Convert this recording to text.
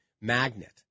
magnet